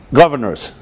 governors